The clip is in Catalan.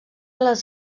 les